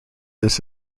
this